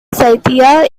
cynthia